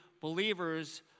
believers